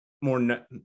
more